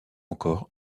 encore